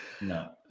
No